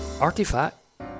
artifact